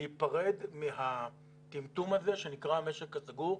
להיפרד מהטמטום הזה שנקרא המשק הסגור,